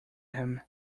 him